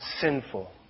sinful